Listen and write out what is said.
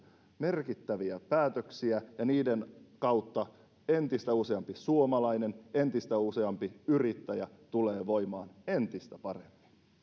merkittäviä päätöksiä ja niiden kautta entistä useampi suomalainen entistä useampi yrittäjä tulee voimaan entistä paremmin